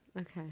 Okay